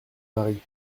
marie